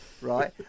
right